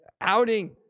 outing